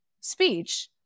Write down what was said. speech